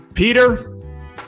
Peter